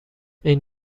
این